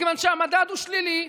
מכיוון שהמדד הוא שלילי,